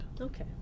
Okay